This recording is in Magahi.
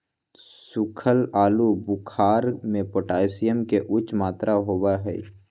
सुखल आलू बुखारा में पोटेशियम के उच्च मात्रा होबा हई